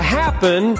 happen